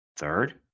Third